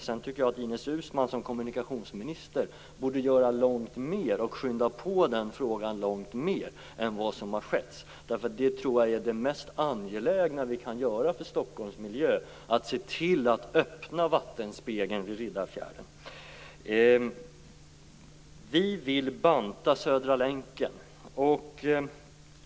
Sedan tycker jag att Ines Uusmann som kommunikationsminister borde göra långt mer och skynda på frågan långt mer än vad som har skett, för jag tror att det mest angelägna vi kan göra för Stockholms miljö är att se till att öppna vattenspegeln vid Riddarfjärden. Vi vill banta Södra länken.